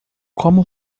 como